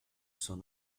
son